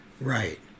Right